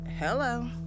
Hello